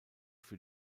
für